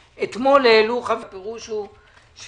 אתמול העלו חברים בוועדה וגם אני מעלה את